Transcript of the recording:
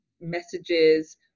messages